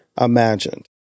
imagined